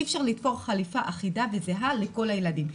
אי אפשר לתפור חליפה אחידה וזהה לכל הילדים.